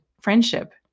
friendship